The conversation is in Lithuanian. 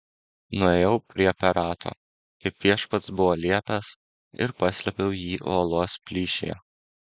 nuėjau prie perato kaip viešpats buvo liepęs ir paslėpiau jį uolos plyšyje